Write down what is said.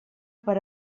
per